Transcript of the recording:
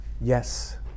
Yes